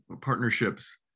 partnerships